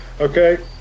Okay